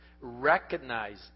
Recognize